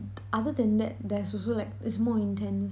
other than that there's also like is more intense